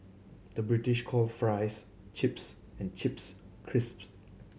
the British calls fries chips and chips crisps